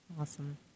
awesome